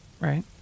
right